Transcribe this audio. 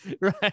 Right